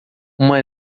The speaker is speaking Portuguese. uma